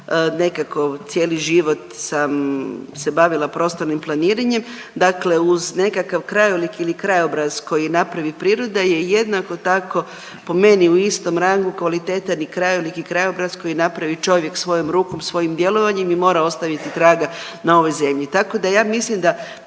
nekako cijeli život sam se bavila prostornim planiranjem, dakle uz nekakav krajolik ili krajobraz koji napravi priroda je jednako tako po meni u istom rangu kvalitetan i krajolik i krajobraz koji napravi čovjek svojom rukom, svojim djelovanjem i mora ostaviti traga na ovoj zemlji. Tako da ja mislim da